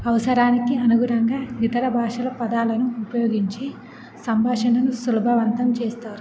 అవసరానికి అనుగుణంగా ఇతర భాషల పదాలను ఉపయోగించి సంభాషణను సులభవంతం చేస్తారు